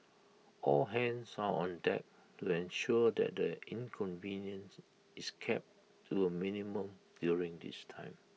all hands are on deck to ensure that the inconvenience is kept to A minimum during this time